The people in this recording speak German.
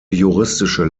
juristische